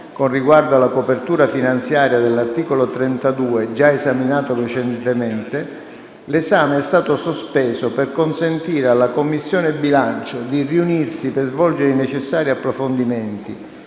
con riguardo alla copertura finanziaria dell'articolo 32, già esaminato recentemente, l'esame è stato sospeso per consentire alla Commissione bilancio di riunirsi per svolgere i necessari approfondimenti.